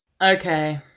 Okay